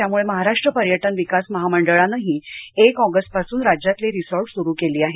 त्यामुळे महाराष्ट्र पर्यटन विकास महामंडळानंही एक ऑगस्ट पासून राज्यातील रिसॉर्ट सुरू केली आहेत